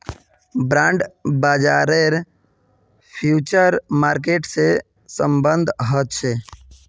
bond बाजारेर future market से सम्बन्ध ह छे